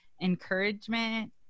encouragement